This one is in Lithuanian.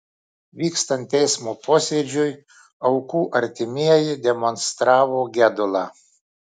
vykstant teismo posėdžiui aukų artimieji demonstravo gedulą